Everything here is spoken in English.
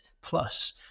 plus